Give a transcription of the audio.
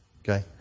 okay